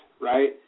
right